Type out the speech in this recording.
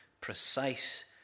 precise